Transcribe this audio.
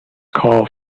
call